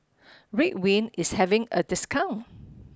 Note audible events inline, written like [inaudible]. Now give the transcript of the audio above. [noise] ridwind is having a discount [noise]